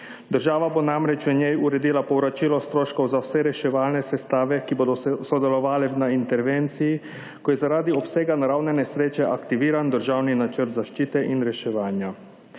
Država bo namreč v njej uredila povračilo stroškov za vse reševalne sestave, ki bodo sodelovale na intervenciji, ko je zaradi obsega naravne nesreče aktiviran državni načrt zaščite in reševanja.